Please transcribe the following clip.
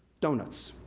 donuts.